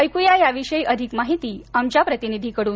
ऐकूया या विषयी अधिका माहिती आमच्या प्रतिनिधीकडून